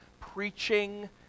preaching